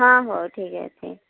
ହଁ ହଉ ଠିକ୍ ଅଛି